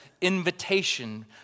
invitation